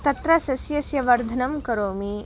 तत्र सस्यस्य वर्धनं करोमि